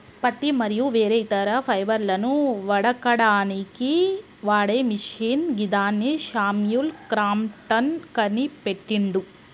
పత్తి మరియు వేరే ఇతర ఫైబర్లను వడకడానికి వాడే మిషిన్ గిదాన్ని శామ్యుల్ క్రాంప్టన్ కనిపెట్టిండు